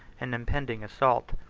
an impending assault.